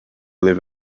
live